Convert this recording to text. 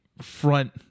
front